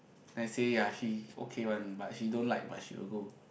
then I say ya she okay one but she don't like but she will go